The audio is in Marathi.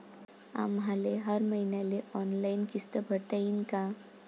आम्हाले हर मईन्याले ऑनलाईन किस्त भरता येईन का?